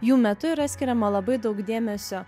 jų metu yra skiriama labai daug dėmesio